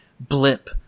blip